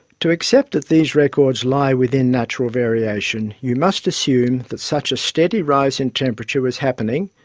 to accept that these records lie within natural variation you must assume that such a steady rise in temperature was happening,